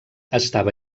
estava